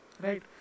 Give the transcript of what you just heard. right